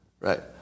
right